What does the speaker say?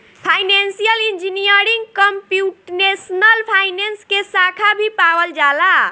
financial engineering computational finance के साखा भी पावल जाला